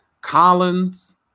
Collins